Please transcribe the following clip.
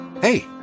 Hey